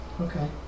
Okay